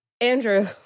Andrew